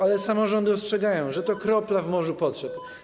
Ale samorządy ostrzegają, że to kropla w morzu potrzeb.